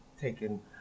taken